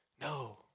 No